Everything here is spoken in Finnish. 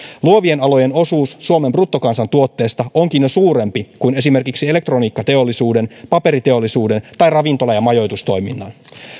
luovien alojen osuus suomen bruttokansantuotteesta onkin jo suurempi kuin esimerkiksi elektroniikkateollisuuden paperiteollisuuden tai ravintola ja majoitustoiminnan